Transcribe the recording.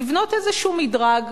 לבנות איזשהו מדרג,